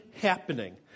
happening